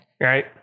right